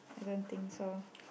I don't think so